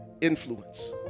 influence